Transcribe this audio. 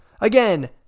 Again